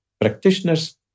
Practitioners